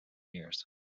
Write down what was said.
years